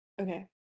Okay